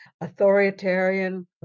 authoritarian